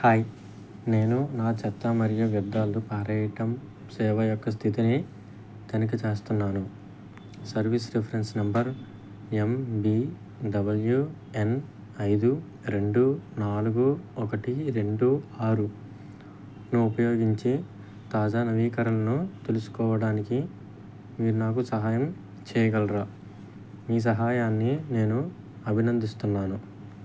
hi నేను నా చెత్త మరియు వ్యర్థాలు పారవేయటం సేవ యొక్క స్థితిని తనిఖీ చేస్తున్నాను service reference number M B W N ఐదు రెండు నాలుగు ఒకటి రెండు ఆరును ఉపయోగించి తాజా నవీకరణలను తెలుసుకోవడానికి మీరు నాకు సహాయం చేయగలరా మీ సహాయాన్ని నేను అభినందిస్తున్నాను